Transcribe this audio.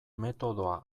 metodoa